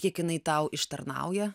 kiek jinai tau ištarnauja